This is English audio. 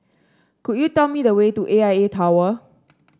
could you tell me the way to A I A Tower